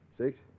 Six